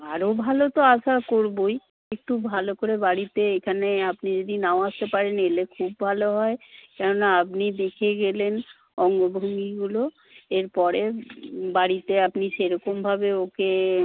আরও ভালো তো আশা করবই একটু ভালো করে বাড়িতে এখানে আপনি যদি নাও আসতে পারেন এলে খুব ভালো হয় কেন না আপনি দেখে গেলেন অঙ্গভঙ্গিগুলো এরপরে বাড়িতে আপনি সেরকমভাবে ওকে